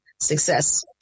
success